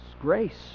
grace